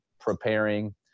preparing